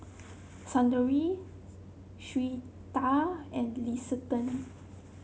Saundra Syreeta and Liston